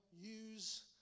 use